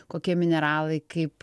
kokie mineralai kaip